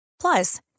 Plus